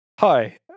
hi